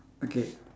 okay